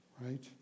right